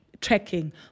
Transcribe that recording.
tracking